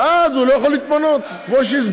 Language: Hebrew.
ואז הוא לא יכול להתמנות, כמו שהסברתי.